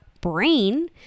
brain